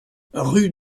rue